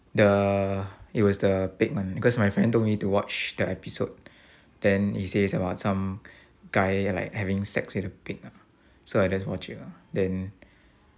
the it was the pig one because my friend told me to watch that episode then he says about some guy like having sex with the pig ah so I just watch it ah then